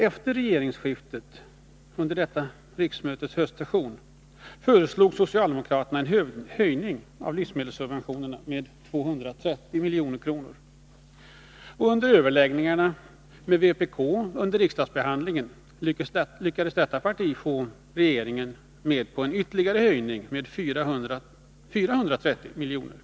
Efter regeringsskiftet — under detta riksmötes höstsession — föreslog socialdemokraterna en höjning av livsmedelssubventionerna med 230 milj.kr., och vid överläggningar med vpk under riksdagsbehandlingen lyckades detta parti få med regeringen på en ytterligare höjning med 430 miljoner.